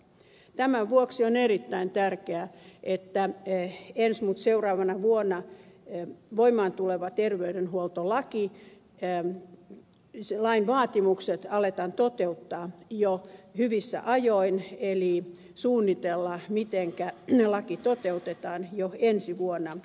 tämän vuoksi on erittäin tärkeää että ei ensi mutta seuraavana vuonna voimaan tulevan terveydenhuoltolain vaatimuksia aletaan toteuttaa jo hyvissä ajoin eli suunnitellaan mitenkä laki toteutetaan jo ensi vuonna